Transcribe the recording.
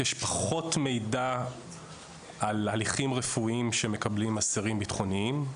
יש פחות מידע על הליכים רפואיים שאסירים בטחוניים מקבלים,